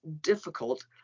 difficult